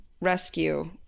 rescue